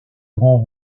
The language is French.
grand